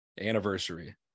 anniversary